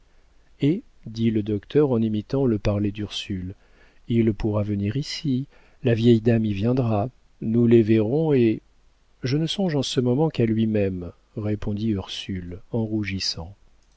et dit le docteur en imitant le parler d'ursule il pourra venir ici la vieille dame y viendra nous les verrons et je ne songe en ce moment qu'à lui-même répondit ursule en rougissant